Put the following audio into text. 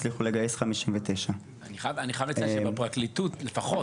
הצליחו לגייס 59. אני חייב לציין שבפרקליטות לפחות